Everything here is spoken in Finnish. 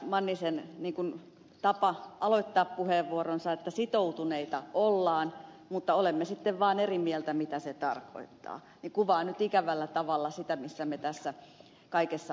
mannisen tapa aloittaa puheenvuoronsa sitoutuneita ollaan mutta olemme sitten vaan eri mieltä mitä se tarkoittaa kuvaa ikävällä tavalla sitä missä me tässä kaikessa olemme